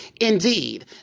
Indeed